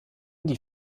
die